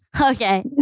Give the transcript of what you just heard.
Okay